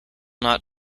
not